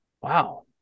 wow